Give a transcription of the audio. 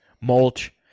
Mulch